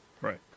Right